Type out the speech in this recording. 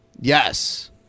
Yes